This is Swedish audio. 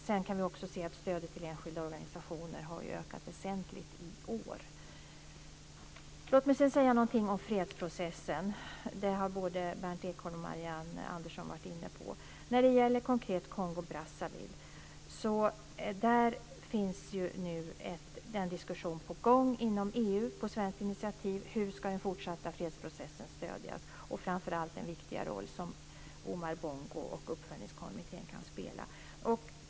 Vi kan också se att stödet till enskilda organisationer har ökat väsentligt i år. Låt mig så säga något om fredsprocessen, som både Berndt Ekholm och Marianne Andersson har varit inne på. När det konkret gäller Kongo Brazzaville är det nu på svenskt initiativ en diskussion på gång inom EU om hur den fortsatta fredsprocessen ska stödjas. Framför allt kan Omar Bongo och uppföljningskommittén spela en viktig roll.